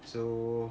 so